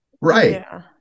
Right